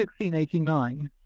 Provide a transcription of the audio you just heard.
1689